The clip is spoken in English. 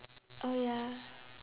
oh ya